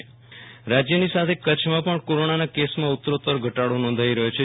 Viral Rana Kutch corona રાજયની સાથે કચ્છમાં પણ કોરોનાના કેસોમાં ઉત્તરોત્તર ઘટાડો નોંધાઈ રહ્યો છે